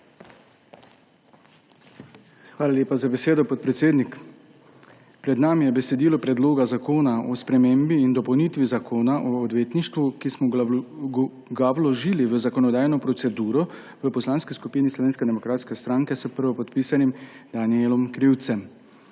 Hvala lepa za besedo, podpredsednik. Pred nami je besedilo Predloga zakona o spremembi in dopolnitvi Zakona o odvetništvu, ki smo ga vložili v zakonodajno proceduro v Poslanski skupini Slovenske demokratske stranke s prvopodpisanim Danijelom Krivcem.